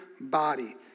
body